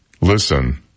listen